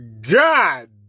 God